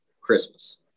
Christmas